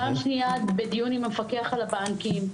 פעם שנייה עם דיון עם המפקח על הבנקים,